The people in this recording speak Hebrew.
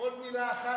אדוני היושב-ראש,